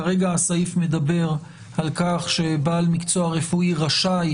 כרגע הסעיף מדבר על כך שבעל מקצוע רפואי רשאי,